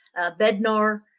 Bednar